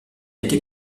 été